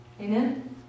Amen